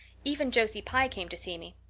even josie pye came to see me.